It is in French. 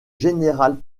général